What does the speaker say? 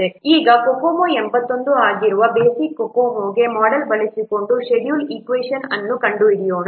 t ಈಗ COCOMO 81 ಆಗಿರುವ basic COCOMO model ಬಳಸಿಕೊಂಡು ಶೆಡ್ಯೂಲ್ ಈಕ್ವೆಷನ್ ಅನ್ನು ಕಂಡುಹಿಡಿಯೋಣ